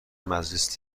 مجلس